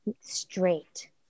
straight